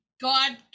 God